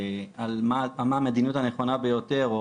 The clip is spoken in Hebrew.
על מה המדיניות הנכונה ביותר,